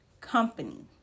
company